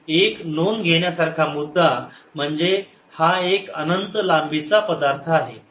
एक नोंद घेण्यासारखा मुद्दा म्हणजे हा एक अनंत लांबीचा पदार्थ आहे